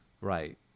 right